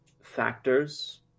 factors